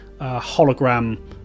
hologram